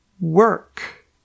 work